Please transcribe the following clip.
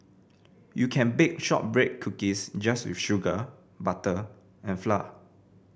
you can bake shortbread cookies just with sugar butter and flour